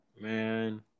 man